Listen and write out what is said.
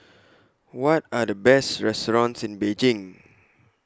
What Are The Best restaurants in Beijing